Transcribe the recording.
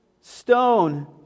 stone